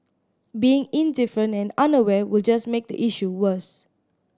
being indifferent and unaware will just make the issue worse